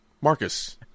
Marcus